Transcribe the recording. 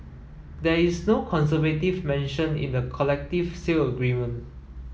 there is no conservative mentioned in the collective sale agreement